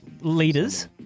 Leaders